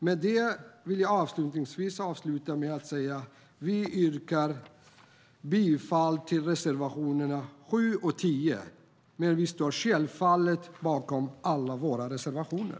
Med det vill jag avslutningsvis yrka bifall till reservationerna 7 och 10, men vi står självfallet bakom alla våra reservationer.